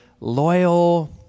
loyal